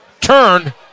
turn